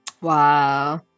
Wow